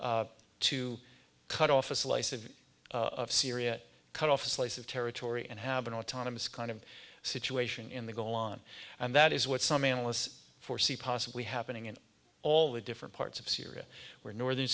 jews to cut off a slice of of syria cut off a slice of territory and have an autonomous kind of situation in the go on and that is what some analysts foresee possibly happening in all the different parts of syria where northern